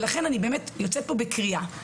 ולכן אני באמת יוצאת פה בקריאה,